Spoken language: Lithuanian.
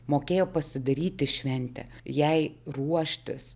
mokėjo pasidaryti šventę jai ruoštis